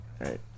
right